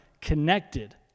connected